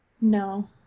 No